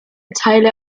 teile